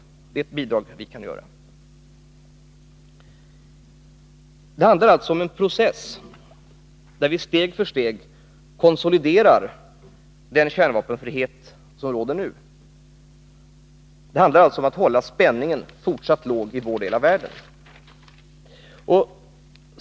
Det är ett bidrag som vi kan lämna. Det handlar alltså om en process, där vi steg för steg konsoliderar den kärnvapenfrihet som råder nu. Det gäller att hålla en fortsatt låg spänning i vår del av världen.